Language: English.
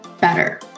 better